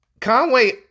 Conway